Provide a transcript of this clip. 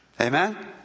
Amen